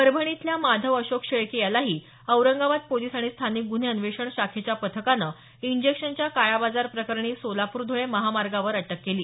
परभणी इथल्या माधव अशोक शेळके यालाही औरंगाबाद पोलिस आणि स्थानिक गुन्हे अन्वेषण शाखेच्या पथकानं इंजेक्शनच्या काळाबाजार प्रकरणी सोलापूर धुळे महामार्गावर अटक केली